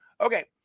okay